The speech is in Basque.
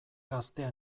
gaztea